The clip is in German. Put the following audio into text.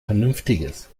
vernünftiges